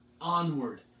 onward